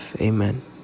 amen